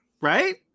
right